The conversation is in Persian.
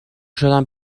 شدم